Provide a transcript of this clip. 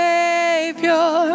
Savior